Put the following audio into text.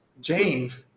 James